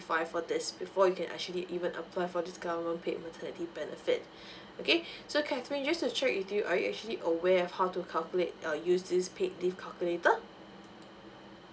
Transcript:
for this before you can actually even apply for this government paid maternity benefit okay so catherine just to check with you are you actually aware of how to calculate err use this paid leave calculator